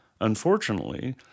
Unfortunately